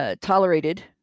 Tolerated